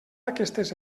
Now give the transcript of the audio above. aquestes